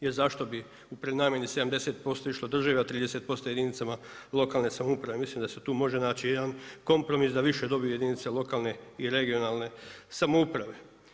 Jer zašto bi u prenamjeni 70% išlo državi, a 30% jedinicama lokalne samouprave, Mislim da se tu može naći jedan kompromis da više dobe jedinice lokalne i regionalne samouprave.